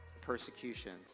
Persecution